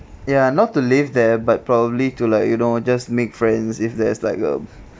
ya not to live there but probably to like you know just make friends if there's like a